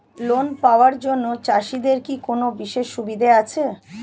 Loan পাওয়ার জন্য চাষিদের কি কোনো বিশেষ সুবিধা আছে?